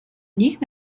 nicht